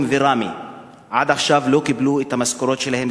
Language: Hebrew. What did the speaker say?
וראמה עד עכשיו לא קיבלו את המשכורות שלהם,